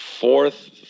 fourth